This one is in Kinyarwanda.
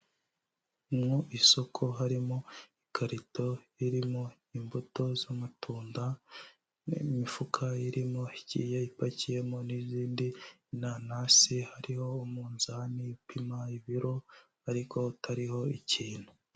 Mu isoko harimo ikarito irimo imbuto z'amatunda, n'imifuka irimo igiye ipakiyemo n'izindi nanasi, hariho umunzani upima ibiro ariko hatariho ikintu.